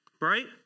right